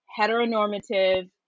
heteronormative